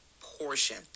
portion